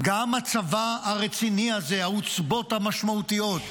גם הצבא הרציני הזה, העוצבות המשמעותיות,